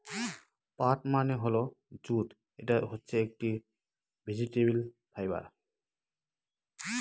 পাট মানে হল জুট এটা হচ্ছে একটি ভেজিটেবল ফাইবার